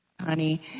honey